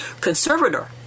conservator